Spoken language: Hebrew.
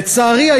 לצערי,